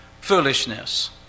foolishness